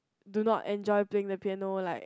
do not enjoy playing the piano like